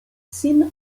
sin